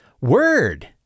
Word